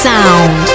Sound